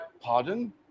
pardon